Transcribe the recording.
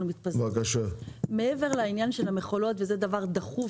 מתפזרים: מעבר לעניין של המכולות וזה דבר דחוף,